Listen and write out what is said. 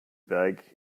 berg